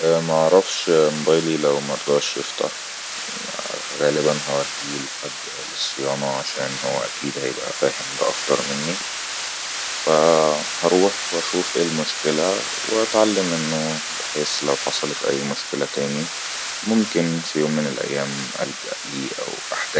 انا معرفش مبيلي لو مرضاش يفتح غالبن هوديه لحد للصيانة عشان هو اكيد هيبئى فاهم ده اكتر مني فهروح وشوف ايه المشكلة واتعلم منه بحيس لو حصلت اي مشكلة تاني ممكن في يوم من الايام الجأ لي او احتاج